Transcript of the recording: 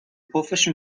پفش